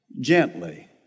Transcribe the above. gently